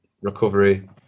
recovery